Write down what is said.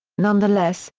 nonetheless,